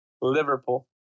Liverpool